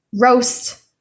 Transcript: roast